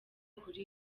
kuri